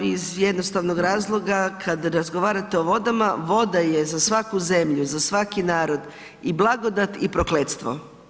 Iz jednostavnog razloga kada razgovarate o vodama, voda je za svaku zemlju, za svaki narod i blagodat i prokletstvo.